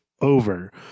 over